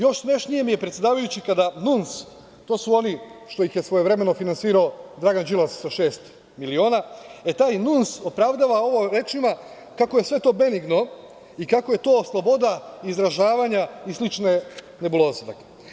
Još smešnije mi je, predsedavajući, kada NUNS, to su oni što ih je svojevremeno finansirao Dragan Đilas sa šest miliona, e taj NUNS opravdava ovo rečima kako je sve to benigno i kako je to sloboda izražavanja i slične nebuloze.